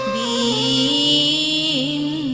e